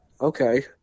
okay